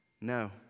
No